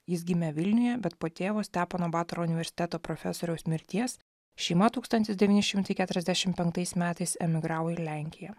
jis gimė vilniuje bet po tėvo stepono batoro universiteto profesoriaus mirties šeima tūkstantis devyni šimtai keturiasdešimt penktais metais emigravo į lenkiją